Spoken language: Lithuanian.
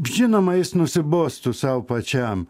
žinoma jis nusibostų sau pačiam